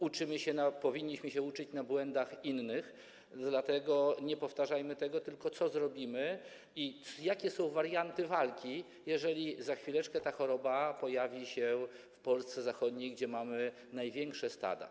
Uczymy się, powinniśmy się uczyć na błędach innych, dlatego nie powtarzajmy tego, tylko chodzi o to, co zrobimy i jakie są warianty walki, jeżeli za chwileczkę ta choroba pojawi się w Polsce zachodniej, gdzie mamy największe stada.